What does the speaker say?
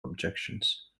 objections